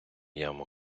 яму